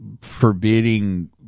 forbidding